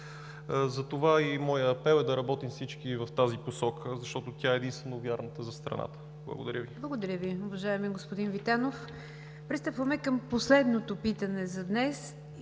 Затова и моят апел е да работим всички в тази посока, защото тя е единствено вярната за страната. Благодаря Ви. ПРЕДСЕДАТЕЛ НИГЯР ДЖАФЕР: Благодаря Ви, уважаеми господин Витанов. Пристъпваме към последното питане за днес,